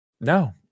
No